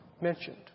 mentioned